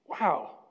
wow